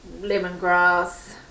lemongrass